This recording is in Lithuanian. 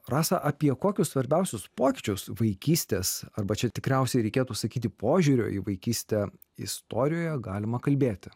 rasa apie kokius svarbiausius pokyčius vaikystės arba čia tikriausiai reikėtų sakyti požiūrio į vaikystę istorijoje galima kalbėti